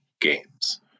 games